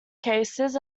cases